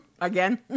Again